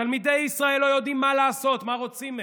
תלמידי ישראל לא יודעים מה לעשות, מה רוצים מהם,